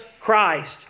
Christ